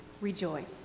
rejoice